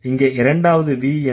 இங்க இரண்டாவது V என்ன